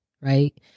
right